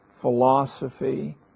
philosophy